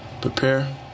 prepare